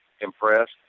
impressed